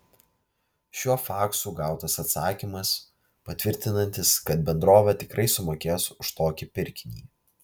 šiuo faksu gautas atsakymas patvirtinantis kad bendrovė tikrai sumokės už tokį pirkinį